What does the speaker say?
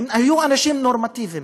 הם היו אנשים נורמטיביים,